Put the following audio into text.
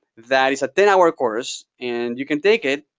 that is a ten hour course, and you can take it,